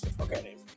okay